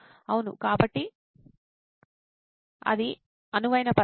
అవును కాబట్టి అది అనువైన పరిస్థితి